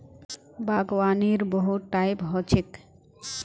बागवानीर बहुत टाइप ह छेक